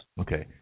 Okay